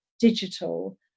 digital